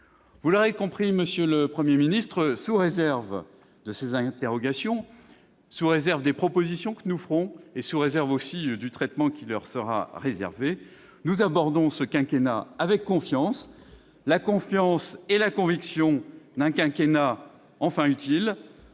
Vous l'aurez compris, monsieur le Premier ministre, sous réserve de ces interrogations, des propositions que nous formulerons et du traitement qui leur sera réservé, nous abordons ce quinquennat avec confiance, et avec la conviction d'un quinquennat enfin utile.